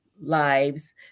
lives